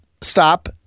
Stop